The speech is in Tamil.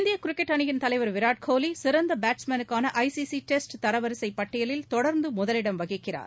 இந்திய கிரிக்கெட் அணியின் தலைவர் விராட்கோலி சிறந்த பேட்ஸ்மேனுக்கான ஐ சி சி டெஸ்ட் தரவரிசைப் பட்டியலில் தொடர்ந்து முதலிடம் வகிக்கிறார்